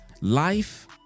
life